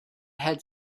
had